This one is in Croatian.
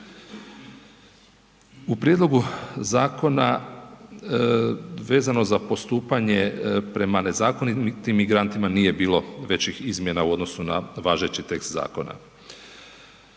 U prijedlogu zakona vezano za postupanje prema nezakonitim migrantima nije bilo većih izmjena u odnosu na važeći tekst zakona.